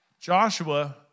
Joshua